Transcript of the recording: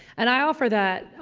and i offer that,